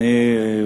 אדוני היושב-ראש,